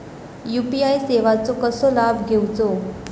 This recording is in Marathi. यू.पी.आय सेवाचो कसो लाभ घेवचो?